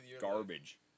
garbage